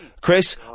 Chris